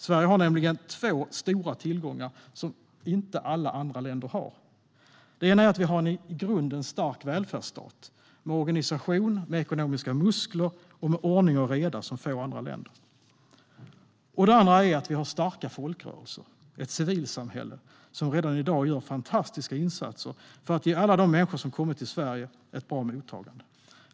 Sverige har nämligen två stora tillgångar som inte alla andra länder har. Den ena är att vi har en i grunden stark välfärdsstat med organisation, med ekonomiska muskler och med ordning och reda som få andra länder. Den andra är att vi har starka folkrörelser, ett civilsamhälle som redan i dag gör fantastiska insatser för att ge alla de människor som kommit till Sverige ett bra mottagande.